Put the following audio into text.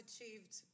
achieved